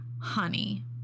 honey